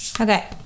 Okay